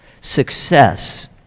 Success